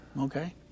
Okay